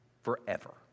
forever